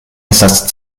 estas